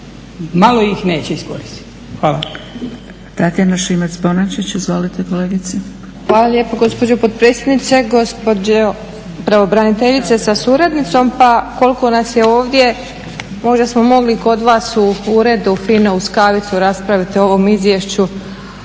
izvolite kolegice. **Šimac Bonačić, Tatjana (SDP)** Hvala lijepo gospođo potpredsjednice, gospođo pravobraniteljice sa suradnicom. Pa koliko nas je ovdje možda smo mogli kod vas u uredu fino uz kavicu raspraviti o ovom izvješću,